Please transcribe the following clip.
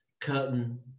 Curtain